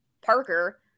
Parker